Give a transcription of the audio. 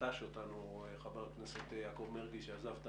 נטש אותנו חבר הכנסת יעקב מרגי שעזב בכלל את